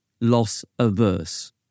loss-averse